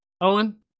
Owen